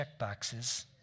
checkboxes